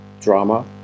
drama